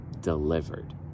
delivered